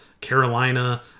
Carolina